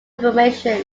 information